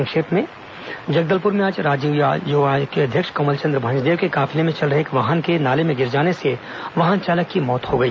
संक्षिप्त समाचार जगदलपुर में आज राज्य युवा आयोग के अध्यक्ष कमलचंद्र भंजदेव के काफिले में चल रहे एक वाहन के नाले में गिर जाने से वाहन चालक की मौत हो गई